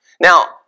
Now